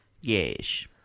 Yes